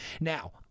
Now